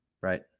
Right